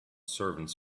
servants